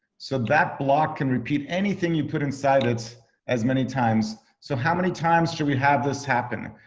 so that block can repeat anything you put inside it as many times so how many times do we have this happen?